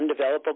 undevelopable